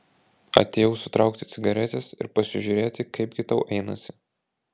atėjau sutraukti cigaretės ir pasižiūrėti kaipgi tau einasi